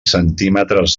centímetres